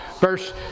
Verse